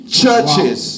churches